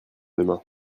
demain